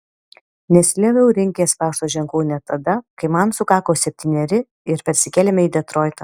nesilioviau rinkęs pašto ženklų net tada kai man sukako septyneri ir persikėlėme į detroitą